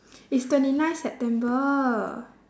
it's twenty nine september